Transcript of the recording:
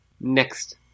Next